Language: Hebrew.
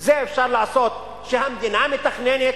את זה אפשר לעשות כשהמדינה מתכננת,